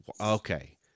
okay